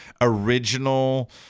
original